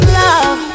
love